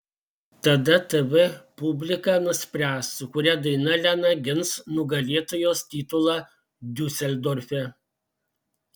tada tv publika nuspręs su kuria daina lena gins nugalėtojos titulą diuseldorfe